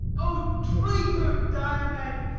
o traitor diomed!